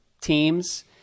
teams